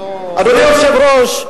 אדוני היושב-ראש,